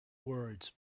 words